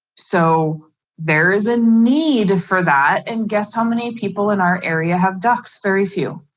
so there is a need for that and guess how many people in our area have ducks very few,